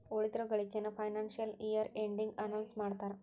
ಉಳಿದಿರೋ ಗಳಿಕೆನ financial year ಎಂಡಿಗೆ ಅನೌನ್ಸ್ ಮಾಡ್ತಾರಾ